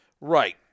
right